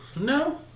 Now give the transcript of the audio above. no